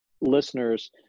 listeners